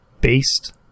based